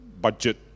budget